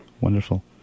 Wonderful